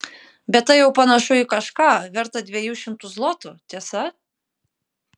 bet tai jau panašu į kažką vertą dviejų šimtų zlotų tiesa